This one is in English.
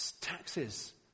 taxes